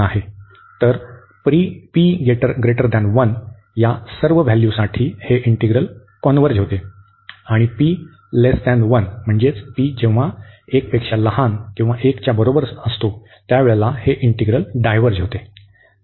तर p 1 च्या सर्व व्हॅल्यूसाठी हे इंटीग्रल कॉन्व्हर्ज होते आणि p≤1 साठी हे इंटीग्रल डायव्हर्ज होते